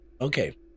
Okay